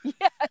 yes